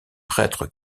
prêtre